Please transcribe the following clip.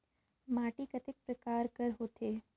माटी कतेक परकार कर होथे?